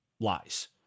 lies